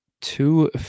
Two